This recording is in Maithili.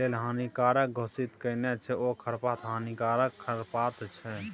लेल हानिकारक घोषित केने छै ओ खरपात हानिकारक खरपात छै